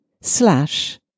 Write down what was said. slash